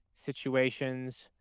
situations